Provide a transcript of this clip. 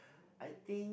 I think